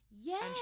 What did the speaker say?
Yes